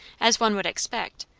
as one would expect,